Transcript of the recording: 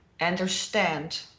understand